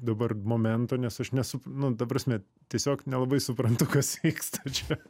dabar momento nes aš nesup nu ta prasme tiesiog nelabai suprantu kas vyksta čia